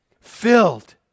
Filled